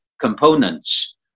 components